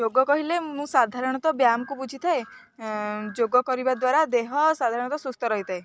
ଯୋଗ କହିଲେ ମୁଁ ସାଧାରଣତଃ ବ୍ୟାୟାମକୁ ବୁଝିଥାଏ ଯୋଗ କରିବା ଦ୍ୱାରା ଦେହ ସାଧାରଣତଃ ସୁସ୍ଥ ରହିଥାଏ